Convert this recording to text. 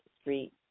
Street